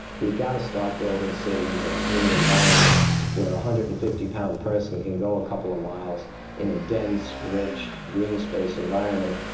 we've got to start building cities and human environments where a one hundred and fifty pound person can go a couple of miles in a dense, rich, green-space environment,